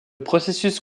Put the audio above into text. processus